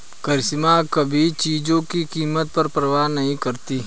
करिश्मा कभी चीजों की कीमत की परवाह नहीं करती